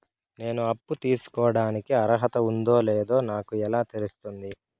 నేను అప్పు తీసుకోడానికి అర్హత ఉందో లేదో నాకు ఎలా తెలుస్తుంది?